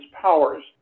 powers